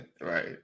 Right